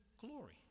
glory